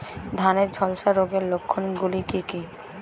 ধানের ঝলসা রোগের লক্ষণগুলি কি কি?